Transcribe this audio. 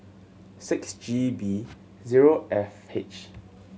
six G B zero F H